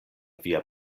via